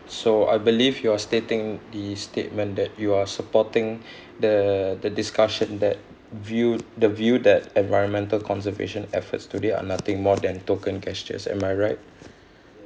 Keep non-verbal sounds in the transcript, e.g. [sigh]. so I believe you are stating the statement that you are supporting [breath] the the discussion that view the view that environmental conservation efforts today are nothing more than token gestures am I right